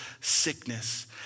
sickness